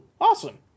Awesome